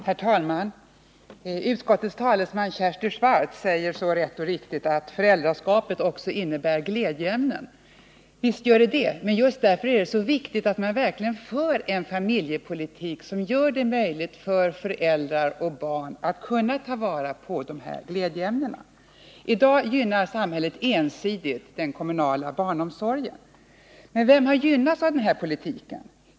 Herr talman! Utskottets talesman Kersti Swartz säger så rätt och riktigt att föräldraskapet också innebär glädjeämnen. Visst gör det det, men just därför är det så viktigt att man verkligen för en familjepolitik som gör det möjligt för föräldrar och barn att kunna ta vara på de glädjeämnena. I dag gynnar samhället ensidigt den kommunala barnomsorgen. Men vilka har gynnats av den politiken?